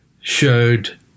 showed